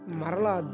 Marla